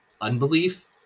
unbelief